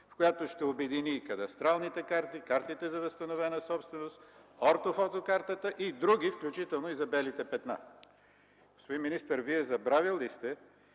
с която ще обедини кадастралните карти, картите за възстановена собственост, ортофотокартата и други, включително и за белите петна. Господин министър, Вие забравили ли сте,